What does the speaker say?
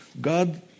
God